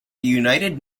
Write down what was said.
united